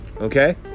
Okay